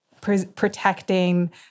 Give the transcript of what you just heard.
protecting